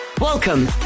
Welcome